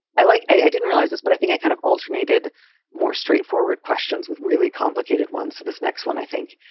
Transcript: i like i i didn't realize this, but i think i kind of alternated more straightforward questions with really complicated ones so this next one, i think,